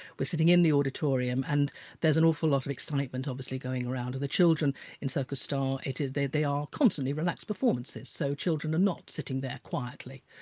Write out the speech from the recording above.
we're sitting in the auditorium and there's an awful lot of excitement, obviously, going around and the children in circus starr they they are constantly relaxed performances, so children are not sitting there quietly.